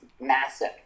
massive